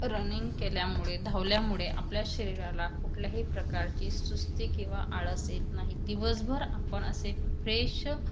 running केल्यामुळे धावल्यामुळे आपल्या शरीराला कुठल्याही प्रकारची सुस्ती किंवा आळस येत नाही दिवसभर आपण असे फ्रेश